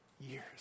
years